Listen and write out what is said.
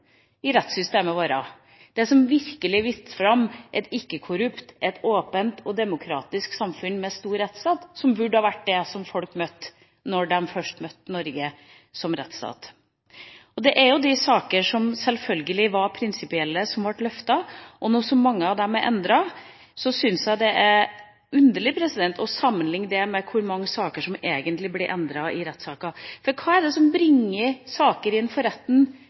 i rettssystemet vårt, det som virkelig viste fram et ikke-korrupt, et åpent og demokratisk samfunn med en stor rettsstat. Det burde ha vært det folk møtte først når de møtte Norge som rettsstat. Det er jo de saker som var prinsipielle, som selvfølgelig ble løftet. Når så mange av dem er endret, syns jeg det er underlig å sammenligne det med hvor mange saker som egentlig ble endret i rettssaker. For hvem er det som bringer saker inn for retten